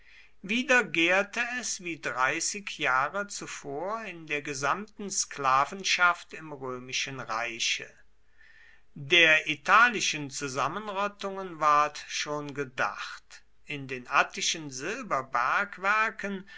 wieder gärte es wie dreißig jahre zuvor in der gesamten sklavenschaft im römischen reiche der italischen zusammenrottungen ward schon gedacht in den attischen